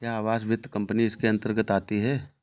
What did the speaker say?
क्या आवास वित्त कंपनी इसके अन्तर्गत आती है?